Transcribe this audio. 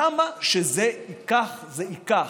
כמה שזה ייקח זה ייקח.